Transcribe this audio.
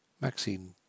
Maxine